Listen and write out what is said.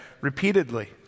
repeatedly